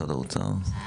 משרד האוצר?